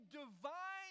divine